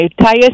tires